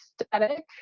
aesthetic